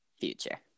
future